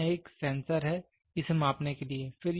तो यहाँ एक सेंसर है इसे मापने के लिए